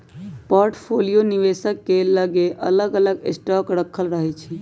portfolio निवेशक के लगे अलग अलग स्टॉक राखल रहै छइ